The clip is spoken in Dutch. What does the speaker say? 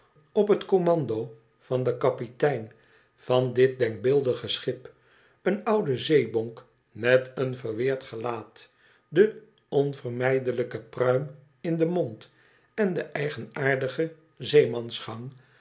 op het commando van den kapitein van dit denkbeeldige schip een oude zeebonk met een verwoerd gelaat de onvermijdelijke pruim in den mond en de eigenaardige zeemansgang